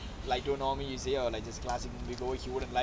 like to normal movie oh just classic movie goer he would've like